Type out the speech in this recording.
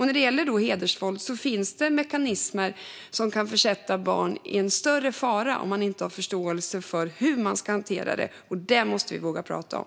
När det gäller hedersvåld finns det mekanismer som kan försätta barn i en större fara om man inte har förståelse för hur man ska hantera det. Det måste vi våga prata om.